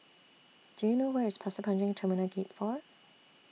Do YOU know Where IS Pasir Panjang Terminal Gate four